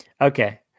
Okay